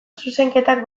zezenketak